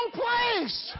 place